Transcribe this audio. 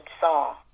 song